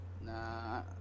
nah